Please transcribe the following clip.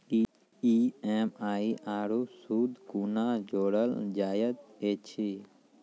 EMI आरू सूद कूना जोड़लऽ जायत ऐछि?